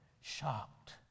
Shocked